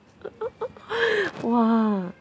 !wah!